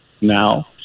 now